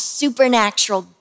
supernatural